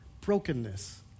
Brokenness